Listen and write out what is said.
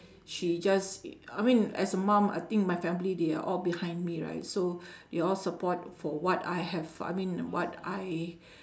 she just I mean as a mum I think my family they are all behind me right so they all support for what I have I mean what I